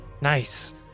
Nice